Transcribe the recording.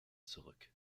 zurück